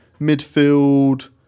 midfield